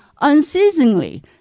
unceasingly